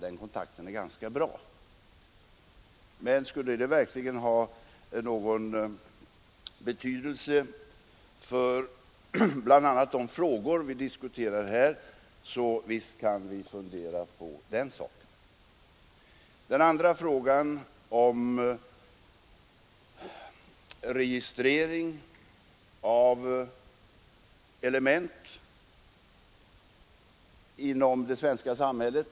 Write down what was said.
Men skulle en konferens verkligen ha någon betydelse för bl.a. de frågor som vi diskuterar här kan vi visst fundera på den saken. Den andra frågan gällde registrering av vissa element inom det svenska samhället.